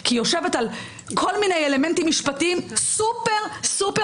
כי היא יושבת על כל מיני אלמנטים משפטיים סופר סופר